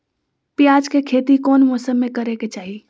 प्याज के खेती कौन मौसम में करे के चाही?